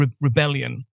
rebellion